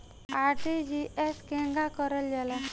RTGS केगा करलऽ जाला?